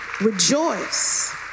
rejoice